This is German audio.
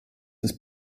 ist